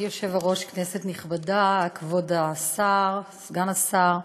אדוני היושב-ראש, כנסת נכבדה, כבוד השר, סגן השר,